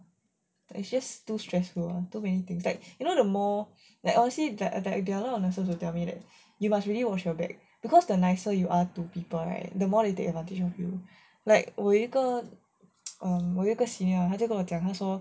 it's just too stressful too many things like you know there are a lot of nurses who tell me that you must really watch your back because the nicer you are to people right the more they take advantage of you like 我有一个 err 一个 senior 他就跟我讲他说